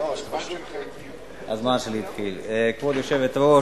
כבוד היושבת-ראש,